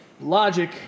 Logic